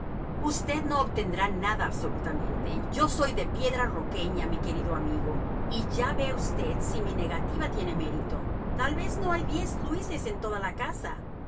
usted usted no obtendrá nada absolutamente yo soy de piedra roqueña mi querido amigo y ya ve usted si mi negativa tiene mérito tal vez no hay diez luises en toda la casa